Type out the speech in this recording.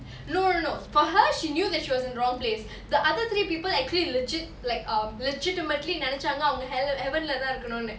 no no no for her she knew that she was in the wrong place the other three people actually legit like um legitimately நெனச்சாங்க அவங்க:nenachanga avanga hell heaven lah தா இருகனுன்னு:tha irukanunu